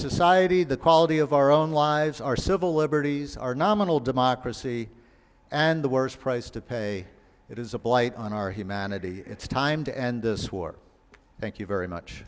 society the quality of our own lives our civil liberties our nominal democracy and the worst price to pay it is a blight on our humanity it's time to end this war thank you very much